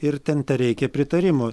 ir ten tereikia pritarimo